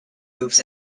hooves